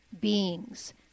beings